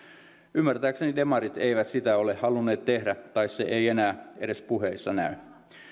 ymmärtääkseni demarit eivät sitä ole halunneet tehdä tai se ei enää edes puheissa näy